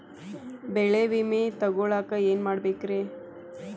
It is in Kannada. ಬೆಳೆ ವಿಮೆ ತಗೊಳಾಕ ಏನ್ ಮಾಡಬೇಕ್ರೇ?